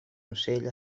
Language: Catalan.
ocell